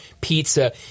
pizza